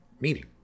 meeting